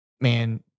man